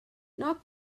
knock